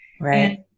Right